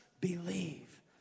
believe